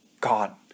God